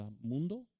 mundo